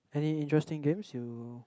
any interesting games you